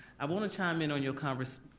i wanna chime in on your conversation,